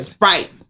right